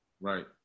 Right